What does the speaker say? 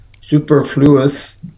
superfluous